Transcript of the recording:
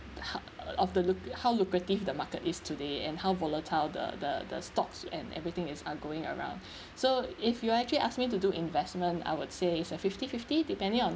the ho~ of the lu~ how lucrative the market is today and how volatile the the the stocks and everything is are going around so if you are actually ask me to do investment I would say it's a fifty fifty depending on